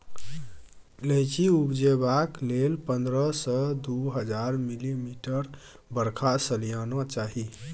इलाइचीं उपजेबाक लेल पंद्रह सय सँ दु हजार मिलीमीटर बरखा सलियाना चाही